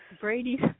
Brady